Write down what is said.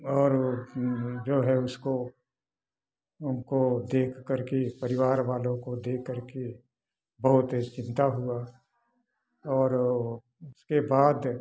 और जो है उसको उनको देखकर के परिवार वालों को देखकर के बहुत चिंता हुआ और उसके बाद